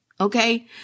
Okay